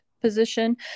Position